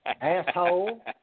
Asshole